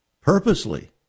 purposely